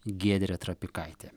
giedrė trapikaitė